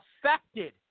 affected